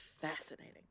Fascinating